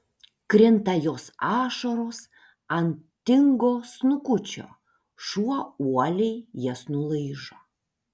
krinta jos ašaros ant tingo snukučio šuo uoliai jas nulaižo